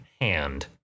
hand